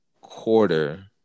quarter